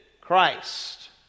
Christ